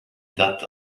that